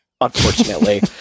unfortunately